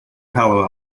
palo